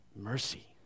mercy